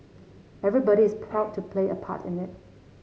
everybody is proud to play a part in it